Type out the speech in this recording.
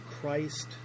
Christ